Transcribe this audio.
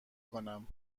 کنم